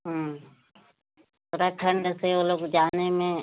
हूं थोड़ा ठंड से वो लोग जाने में